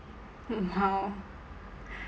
oh